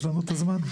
יש לנו את הזמן?